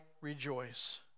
rejoice